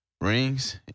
rings